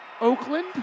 Oakland